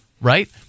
Right